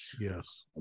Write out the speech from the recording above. Yes